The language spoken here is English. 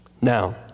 Now